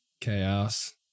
Chaos